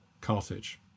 Carthage